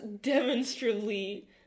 demonstrably